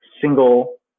single